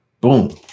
boom